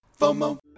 FOMO